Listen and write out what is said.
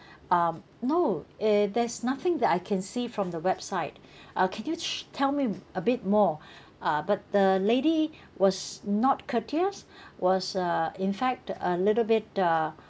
um no err there's nothing that I can see from the website uh can you tr~ tell me a bit more uh but the lady was not courteous was uh in fact a little bit uh